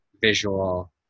visual